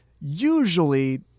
Usually